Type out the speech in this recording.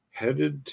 headed